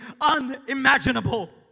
unimaginable